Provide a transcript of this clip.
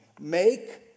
make